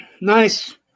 Nice